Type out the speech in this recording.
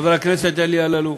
חבר הכנסת אלי אלאלוף,